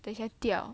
等一下掉